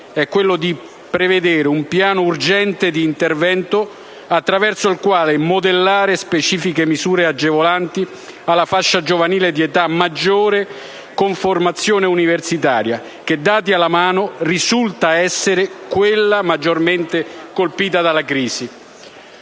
equello di prevedere un piano urgente di intervento attraverso il quale modellare specifiche misure agevolanti per la fascia giovanile di eta maggiore con formazione universitaria, che, dati alla mano, risulta essere quella maggiormente colpita dalla crisi.